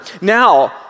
Now